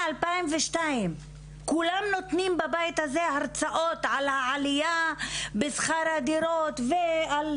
כולם בבית הזה נותנים הרצאות על העלייה בשכר הדירה ועל